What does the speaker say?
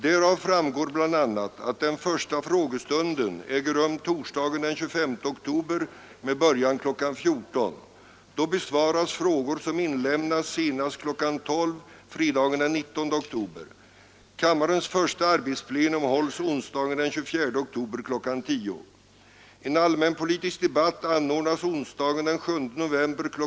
Därav framgår bl.a. att den första frågestunden äger rum torsdagen den 25 oktober med början kl. 14.00. Då besvaras frågor som inlämnas senast kl. 12.00 fredagen den 19 oktober. Kammarens första arbetsplenum hålls onsdagen den 24 oktober kl. 10.00. En allmänpolitisk debatt anordnas onsdagen den 7 november kl.